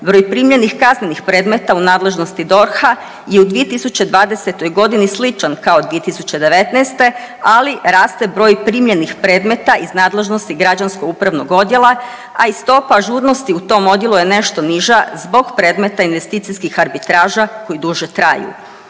Broj primljenih kaznenih predmeta u nadležnosti DORH-a je u 2020. g. sličan kao 2019., ali raste broj primljenih predmeta iz nadležnosti Građansko-upravnog odjela, a i stopa ažurnosti u tom odjelu je nešto niža zbog predmeta investicijskih arbitraža koji duže traju.